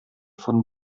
von